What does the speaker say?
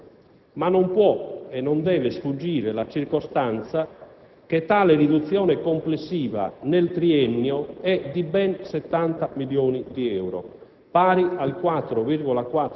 di questa amministrazione. Ma non può e non deve sfuggire la circostanza che tale riduzione complessiva nel triennio è di ben 70 milioni di euro,